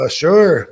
sure